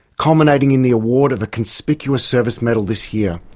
culminating in the award of a conspicuous service medal this year.